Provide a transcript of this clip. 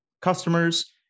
customers